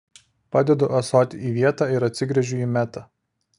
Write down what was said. padedu ąsotį į vietą ir atsigręžiu į metą